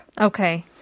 Okay